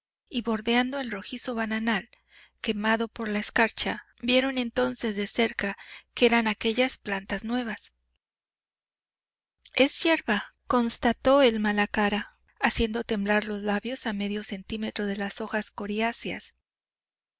y bordeando el rojizo bananal quemado por la escarcha vieron entonces de cerca qué eran aquellas plantas nuevas es yerba constató el malacara haciendo temblar los labios a medio centímetro de las hojas coriáceas